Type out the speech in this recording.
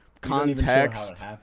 context